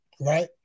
right